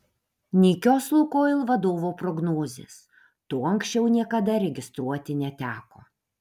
nykios lukoil vadovo prognozės to anksčiau niekada registruoti neteko